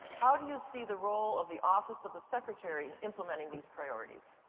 how do you see the role of the office of the secretary in implementing these priorities?